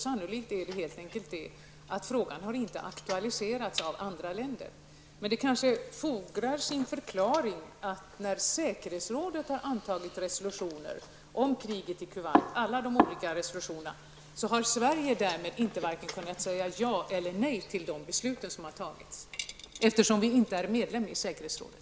Sannoligt är det helt enkelt så att frågan inte har aktualiserats av andra länder. Det kanske ändå fordrar sin förklaring. När säkerhetsrådet har antagit resolutioner om kriget i Kuwait har Sverige inte behövt säga vare sig ja eller nej till de beslut som har fattats, eftersom Sverige inte är medlem i säkerhetsrådet.